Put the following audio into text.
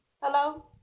Hello